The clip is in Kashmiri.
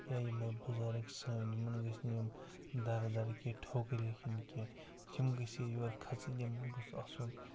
یا یِمَے بُزرگ سٲنۍ یمن گٔژھۍ نہٕ یِم دَرٕ دَرٕ کی ٹھوکرے کھیٚنۍ کینٛہہ یِم گٔژھۍ ہے یورٕ کھَسٕنۍ یِمَن گوٚژھ آسُن